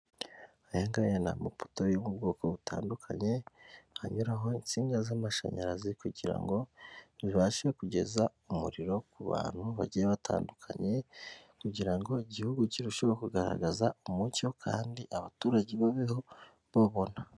Aya ngaya ni amapoto yo mu bwoko butandukanye, anyuraho insinga z'amashanyarazi kugira ngo zibashe kugeza umuriro ku bantu bagiye batandukanye, kugira ngo igihugu kirusheho kugaragaza umucyo kandi abaturage babeho babona.